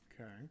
Okay